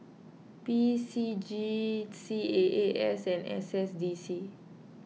P C G C A A S and S S D C